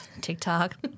TikTok